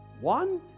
One